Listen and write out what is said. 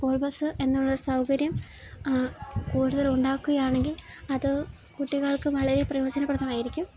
school bus എന്നുള്ള സൗകര്യം കൂടുതൽ ഉണ്ടാക്കുകയാണെങ്കിൽ അത് കുട്ടികൾക്ക് വളരെ പ്രയോജനപ്രദമായിരിക്കും